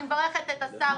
אני מברכת את השר